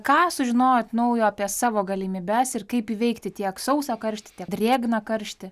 ką sužinojot naujo apie savo galimybes ir kaip įveikti tiek sausą karštį tiek drėgną karštį